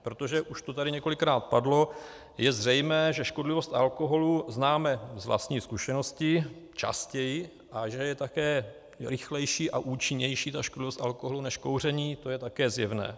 Protože, už to tady několikrát padlo, je zřejmé, že škodlivost alkoholu známe z vlastní zkušenosti častěji a že je také rychlejší a účinnější ta škodlivost alkoholu než kouření, to je také zjevné.